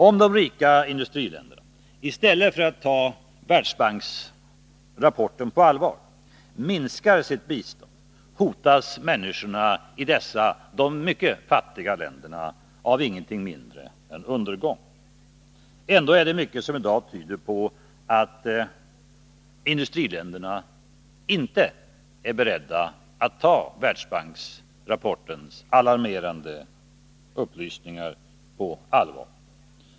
Om de rika industriländerna, i stället för att ta Världsbankens rapport på allvar, minskar sitt bistånd hotas människorna i dessa mycket fattiga länder avingenting mindre än undergång. Ändå är det mycket som i dag tyder på att industriländerna inte är beredda att ta Världsbankens alarmerande rapport på allvar.